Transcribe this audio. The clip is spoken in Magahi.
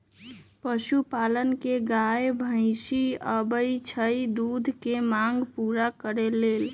पशुपालन में गाय भइसी आबइ छइ दूध के मांग पुरा करे लेल